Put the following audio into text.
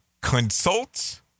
consults